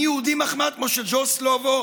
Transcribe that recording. אני יהודי מחמד כמו שג'ו סלובו